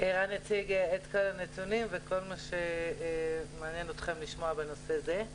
רן הציג את כל הנתונים וכל מה שמעניין אתכם לשמוע בנושא זה.